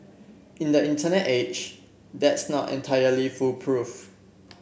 in the Internet age that's not entirely foolproof